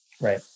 Right